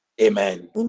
amen